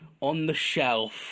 on-the-shelf